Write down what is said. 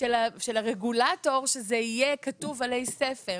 דרישה של הרגולטור שזה יהיה כתוב עלי ספר,